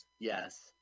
Yes